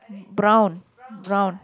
brown brown